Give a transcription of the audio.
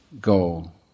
goal